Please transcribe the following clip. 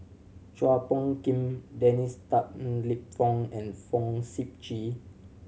Chua Phung Kim Dennis Tan Lip Fong and Fong Sip Chee